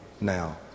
now